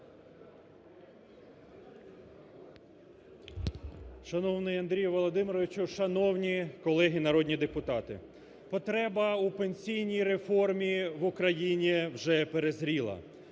Шановний Андрію Володимировичу, шановні колеги народні депутати! Потреба у пенсійній реформі в Україні вже перезріла.